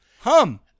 Hum